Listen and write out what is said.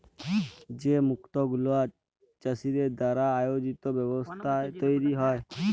যে মুক্ত গুলা চাষীদের দ্বারা আয়জিত ব্যবস্থায় তৈরী হ্যয়